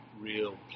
real